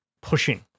pushing